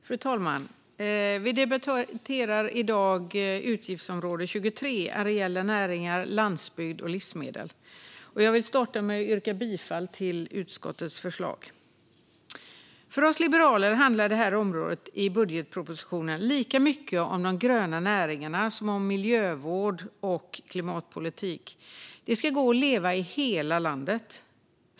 Fru talman! Vi debatterar nu utgiftsområde 23 Areella näringar, landsbygd och livsmedel. Jag yrkar bifall till utskottets förslag. För oss liberaler handlar det här området i budgetpropositionen lika mycket om de gröna näringarna som om miljövård och klimatpolitik. Det ska gå att leva i hela landet.